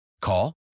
Call